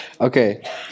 Okay